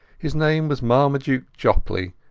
his name was marmaduke jopley,